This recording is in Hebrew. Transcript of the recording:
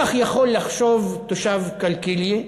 כך יכול לחשוב תושב קלקיליה.